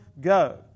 go